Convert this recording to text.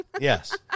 Yes